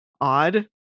odd